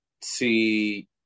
see